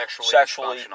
sexually